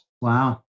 Wow